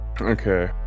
Okay